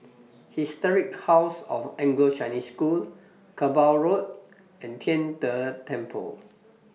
Historic House of Anglo Chinese School Kerbau Road and Tian De Temple